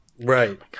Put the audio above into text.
Right